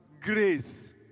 grace